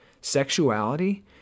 sexuality